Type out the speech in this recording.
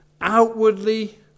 outwardly